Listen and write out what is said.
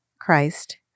Christ